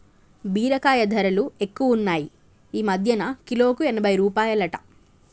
బీరకాయ ధరలు ఎక్కువున్నాయ్ ఈ మధ్యన కిలోకు ఎనభై రూపాయలట